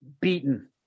beaten